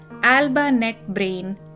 albanetbrain